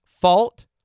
fault